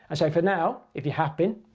and so, for now, if you have been,